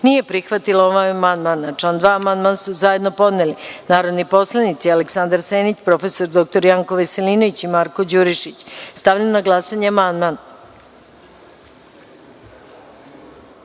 nije prihvatila ovaj amandman. Na član 2. amandman su zajedno podneli narodni poslanici Aleksandar Senić, prof. dr Janko Veselinović i Marko Đurišić. Stavljam na glasanje amandman. Molim